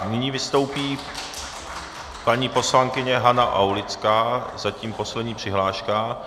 Nyní vystoupí paní poslankyně Hana Aulická, zatím poslední přihláška.